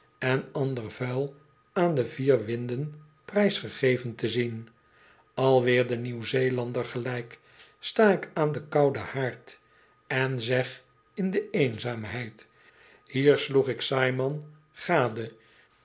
en ander vuil aan de vierwinden prijs gegeven te zien alweer den nieuwzeelander gelijk sta ik aan den kouden haard en zeg in de eenzaamheid hier sloeg ik saaiman a i gade